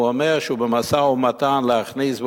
והוא אומר שהוא במשא-ומתן להכניס,